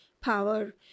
power